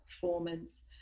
performance